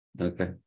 Okay